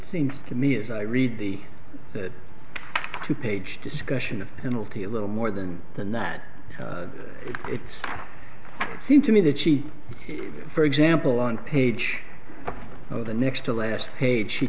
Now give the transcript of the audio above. seems to me as i read the two page discussion of penalty a little more than than that it seemed to me that she for example on page the next to last page she